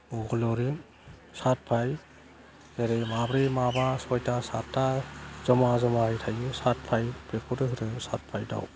बग'लरि सातबाय जेरै माब्रै माबा सयथा सातथा जमा जमायै थायो सातबाय दाउ